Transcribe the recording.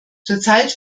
zurzeit